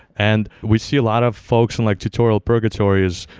and we see a lot of folks in like tutorial purgatories,